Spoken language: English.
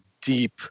deep